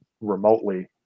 remotely